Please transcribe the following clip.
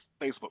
Facebook